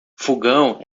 fogão